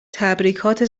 تبریکات